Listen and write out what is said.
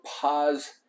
pause